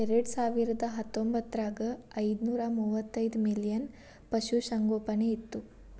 ಎರೆಡಸಾವಿರದಾ ಹತ್ತೊಂಬತ್ತರಾಗ ಐದನೂರಾ ಮೂವತ್ತೈದ ಮಿಲಿಯನ್ ಪಶುಸಂಗೋಪನೆ ಇತ್ತು